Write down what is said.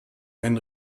ein